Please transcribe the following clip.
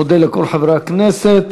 אני מודה לכל חברי הכנסת.